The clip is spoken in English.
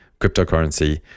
cryptocurrency